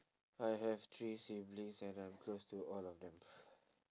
I have three siblings and I'm close to all of them